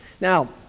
Now